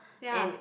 ya